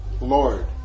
Lord